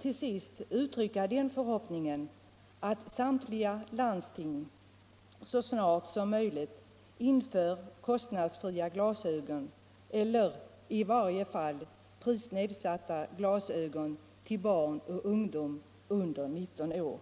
Till sist vill jag uttala den förhoppningen att samtliga landsting så snart som möjligt inför kostnadsfria eller i varje fall prisnedsatta glasögon för barn och ungdom under 19 år.